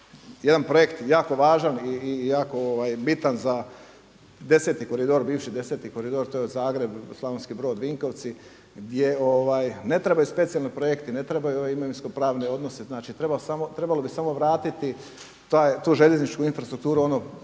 jedan projekt jako važan i jako bitan za 10. koridor, bivši 10. koridor to je Zagreb-Slavonski Brod-Vinkovci gdje ne trebaju specijalni projekti, ne trebaju ove imovinsko pravne odnose, znači trebalo bi samo vratiti tu željezničku infrastrukturu u ono